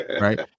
right